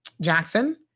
Jackson